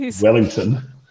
Wellington